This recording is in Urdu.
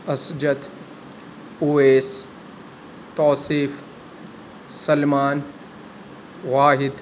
اسجد اویس توصیف سلمان واحد